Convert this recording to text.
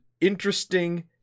interesting